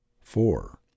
four